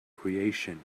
creation